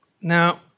Now